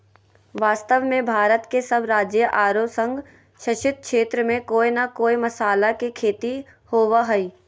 वास्तव में भारत के सब राज्य आरो संघ शासित क्षेत्र में कोय न कोय मसाला के खेती होवअ हई